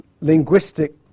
linguistic